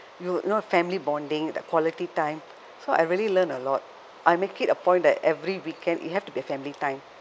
you you know family bonding that quality time so I really learn a lot I make it a point that every weekend it have to be a family time